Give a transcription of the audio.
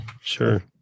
sure